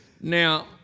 Now